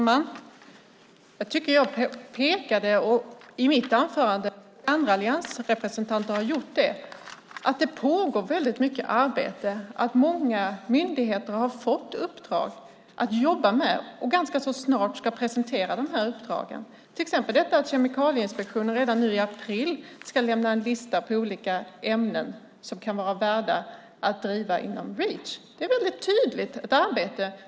Fru talman! Jag pekade i mitt anförande på, och också andra alliansrepresentanter har gjort det, att det pågår väldigt mycket arbete. Många myndigheter har fått uppdrag att jobba med och ska ganska så snart presentera resultatet av de uppdragen. Kemikalieinspektionen ska till exempel redan nu i april lämna en lista på olika ämnen som är värda att driva inom Reach. Det är ett mycket tydligt arbete.